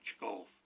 golf